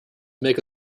make